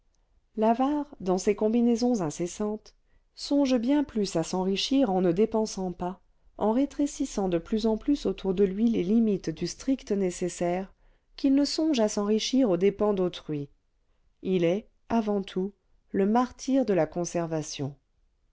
l'avare dans ses combinaisons incessantes songe bien plus à s'enrichir en ne dépensant pas en rétrécissant de plus en plus autour de lui les limites du strict nécessaire qu'il ne songe à s'enrichir aux dépens d'autrui il est avant tout le martyr de la conservation